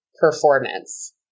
performance